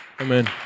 Amen